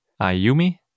Ayumi